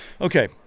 Okay